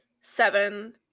Seven